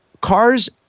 Cars